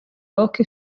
oche